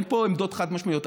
אין פה עמדות חד-משמעיות,